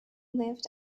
lived